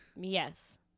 Yes